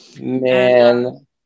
Man